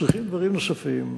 צריכים דברים נוספים,